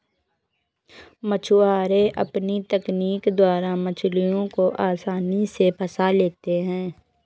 मछुआरे अपनी तकनीक द्वारा मछलियों को आसानी से फंसा लेते हैं